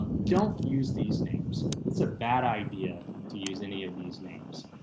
don't use these names, it's a bad idea to use any of these names.